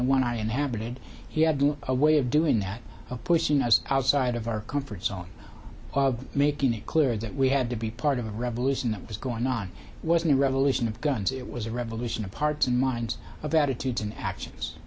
the one i inhabited he had a way of doing that pushing us outside of our comfort zone making it clear that we had to be part of a revolution that was going on wasn't a revolution of guns it was a revolution of parts and minds of attitudes and act